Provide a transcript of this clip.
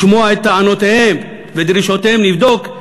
לשמוע את טענותיהם ואת דרישותיהם נבדוק,